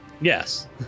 Yes